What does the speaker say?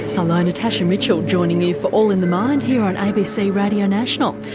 hello, natasha mitchell joining you for all in the mind here on abc radio national.